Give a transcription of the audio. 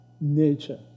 nature